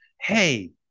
Hey